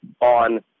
on